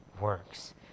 Works